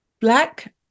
black